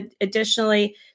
additionally